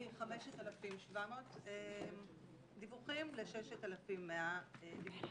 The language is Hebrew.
מ-5,700 דיווחים ל-6,100 דיווחים.